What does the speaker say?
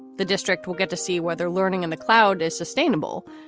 the district will get to see whether learning in the cloud is sustainable,